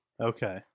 Okay